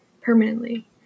permanently